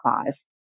clause